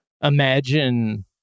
imagine